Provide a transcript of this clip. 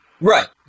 Right